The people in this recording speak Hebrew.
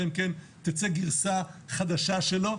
אלא אם כן תצא גרסה חדשה שלו.